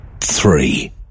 Three